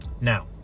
Now